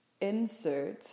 insert